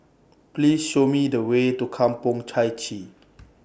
Please Show Me The Way to Kampong Chai Chee